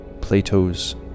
Plato's